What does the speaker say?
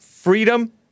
Freedom